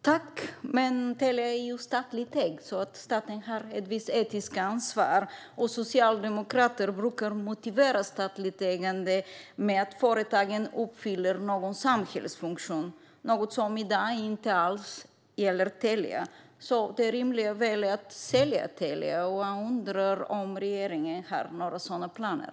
Herr talman! Men Telia är ju statligt ägt, så staten har ett visst etiskt ansvar. Socialdemokrater brukar motivera statligt ägande med att företagen uppfyller någon samhällsfunktion, något som i dag inte alls gäller Telia. Så det rimliga är väl att sälja Telia, och jag undrar om regeringen har några sådana planer.